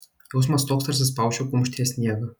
jausmas toks tarsi spausčiau kumštyje sniegą